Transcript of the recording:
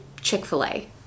chick-fil-a